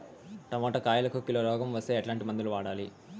Tomato కాయలకు కిలో రోగం వస్తే ఎట్లాంటి మందులు వాడాలి?